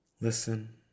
listen